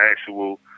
actual